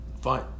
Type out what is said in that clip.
Fine